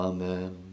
Amen